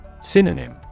Synonym